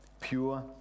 pure